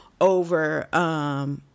over